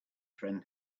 friend